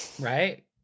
Right